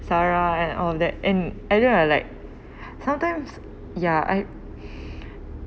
sarah and all that and I don't know lah like sometimes ya I